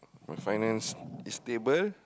my finance is stable